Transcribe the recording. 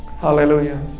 Hallelujah